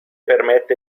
permette